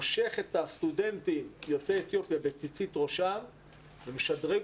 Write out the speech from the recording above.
מושך את הסטודנטים יוצאי אתיופיה בציצית ראשם ומשדרג